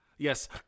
Yes